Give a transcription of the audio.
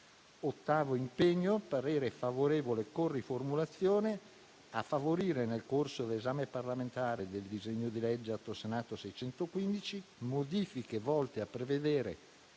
Sull'ottavo impegno, il parere è favorevole con la seguente riformulazione: «a favorire, nel corso dell'esame parlamentare del disegno di legge Atto Senato 615, modifiche volte a prevedere